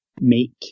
make